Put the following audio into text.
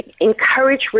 encourage